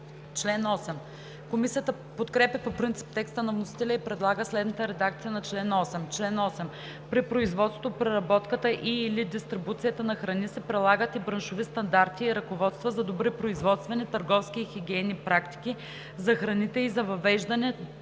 човека.“ Комисията подкрепя по принцип текста на вносителя и предлага следната редакция на чл. 8: „Чл. 8. При производството, преработката и/или дистрибуцията на храни се прилагат и браншови стандарти и ръководства за добри производствени, търговски и хигиенни практики за храните и за въвеждане,